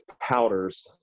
powders